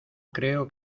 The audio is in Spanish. creo